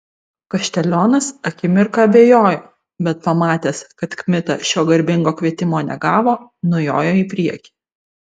kaštelionas akimirką abejojo bet pamatęs kad kmita šio garbingo kvietimo negavo nujojo į priekį